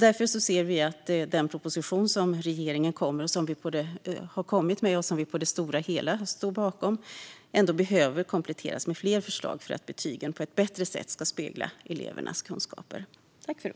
Därför ser vi att den proposition som regeringen har kommit med och som vi på det stora hela står bakom ändå behöver kompletteras med fler förslag för att betygen på ett bättre sätt ska spegla elevernas kunskaper.